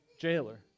jailer